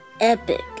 epic